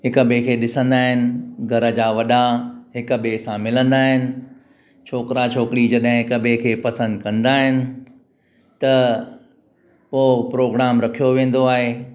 हिक ॿिए खे ॾिसंदा आहिनि घर जा वॾा हिक ॿिए सां मिलंदा आहिनि ऐं छोकिरा छोकिरी जॾे हिक ॿिए खे पसंदि कंदा आहिनि त पोइ प्रोग्राम रखियो वेंदो आहे